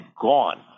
gone